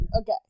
Okay